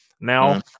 now